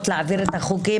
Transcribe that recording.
תמשיכי מחר בבוקר.